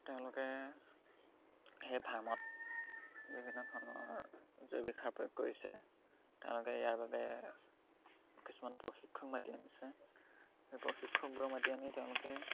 তেওঁলোকে সেই ফাৰ্মত বিভিন্ন ধৰণৰ জৈৱিক সাৰ প্ৰয়োগ কৰিছে তেওঁলোকে ইয়াৰ বাবে কিছুমান প্ৰশিক্ষক মাতি আনিছে সেই প্ৰশিক্ষকবোৰক মাতি আনি তেওঁলোকে